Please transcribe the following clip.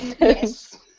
Yes